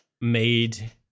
made